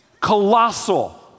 colossal